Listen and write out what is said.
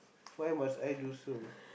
why must I do so